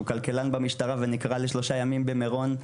שהוא כלכלן במשטרה ונקרא לשלושה ימים במירון.